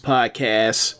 Podcast